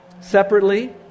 separately